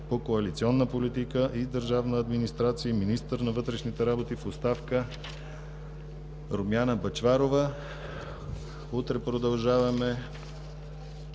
по коалиционна политика и държавна администрация и министър на вътрешните работи в оставка Румяна Бъчварова. Утре продължаваме,